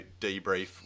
debrief